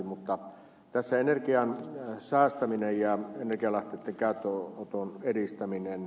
mutta tässä energian säästämisessä ja mäkelä tykkää tul on eristäminen